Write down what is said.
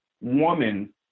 woman